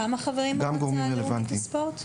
כמה חברים במועצה הלאומית לספורט?